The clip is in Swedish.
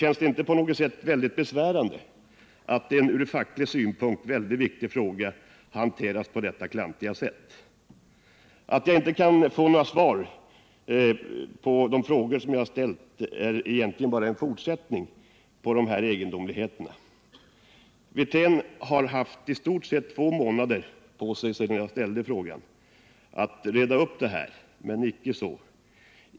Känns det inte besvärande att en från facklig synpunkt mycket viktig fråga hanteras på detta klantiga sätt? Att jag inte kan få några svar på de frågor jag har ställt är egentligen bara en fortsättning på de här egendomligheterna. Rolf Wirtén har sedan jag ställde frågan haft i stort sett två månader på sig att reda upp det här. Men icke så.